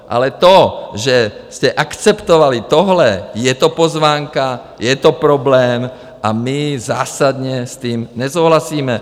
Ale to, že jste akceptovali tohle, je to pozvánka, je to problém a my zásadně s tím nesouhlasíme.